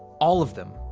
all of them.